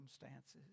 circumstances